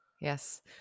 Yes